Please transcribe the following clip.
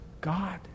God